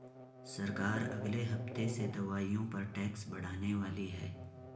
सरकार अगले हफ्ते से दवाइयों पर टैक्स बढ़ाने वाली है